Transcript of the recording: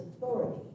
authority